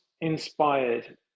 inspired